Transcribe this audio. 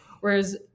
whereas